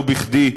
לא בכדי,